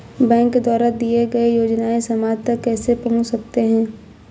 Bank द्वारा दिए गए योजनाएँ समाज तक कैसे पहुँच सकते हैं?